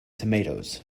tomatoes